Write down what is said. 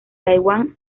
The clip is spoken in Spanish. taiwán